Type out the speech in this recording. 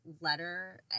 letter